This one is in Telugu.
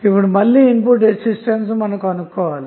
ఇప్పుడు మళ్ళీ ఇన్పుట్ రెసిస్టెన్స్ ను కనుగొనాలి